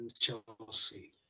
chelsea